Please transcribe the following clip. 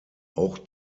auch